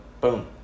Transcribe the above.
Boom